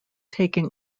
taking